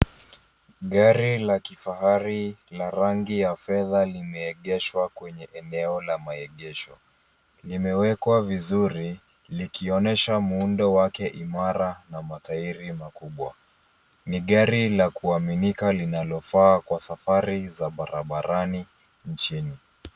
Gari la kifahari la rangi ya fedha limeegeshwa kwenye eneo la maegesho. Limewekwa vizuri likionyesha muundo wake imara na [cs ] matairi [cs ] makubwa. Ni gari la kuaminika kwa safari za barabarani nchini.